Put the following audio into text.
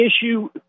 issue